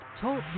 Talk